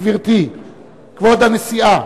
גברתי כבוד הנשיאה,